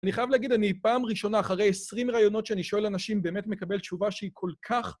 אני חייב להגיד, אני פעם ראשונה אחרי 20 ראיונות שאני שואל אנשים באמת מקבל תשובה שהיא כל כך...